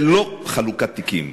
ולא חלוקת תיקים.